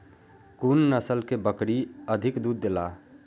कुन नस्ल के बकरी अधिक दूध देला?